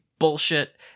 bullshit